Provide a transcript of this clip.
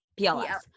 pls